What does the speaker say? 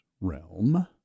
realm